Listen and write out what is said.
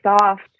soft